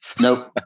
nope